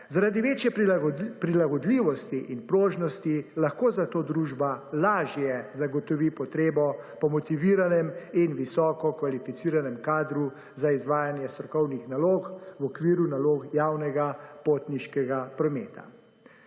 Zaradi večje prilagodljivosti in prožnosti lahko zato družba lažje zagotovi potrebo po motiviranem in visoko kvalificiranem kadru za izvajanje strokovnih nalog v okviru nalog javnega potniškega prometa.